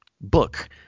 book